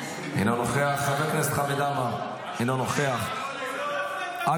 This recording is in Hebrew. אינו נוכח, חבר הכנסת חמד עמאר, אינו נוכח.